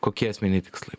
kokie esminiai tikslai